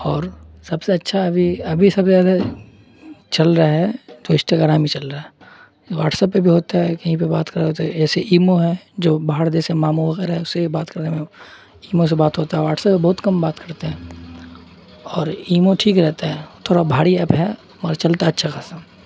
اور سب سے اچھا ابھی ابھی سب سے زیادہ چل رہا ہے تو اسٹاگرام ہی چل رہا ہے واٹسپ پہ بھی ہوتا ہے کہیں پہ بات کرا تو جیسے ایمو ہے جو باہر دیش سے مامو وغیرہ ہے اس سے بات کرنے میں ایمو سے بات ہوتا ہے واٹسپ پہ بہت کم بات کرتے ہیں اور ایمو ٹھیک رہتا ہے تھوڑا بھاری ایپ ہے مگر چلتا ہے اچھا خاصا